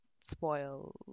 spoil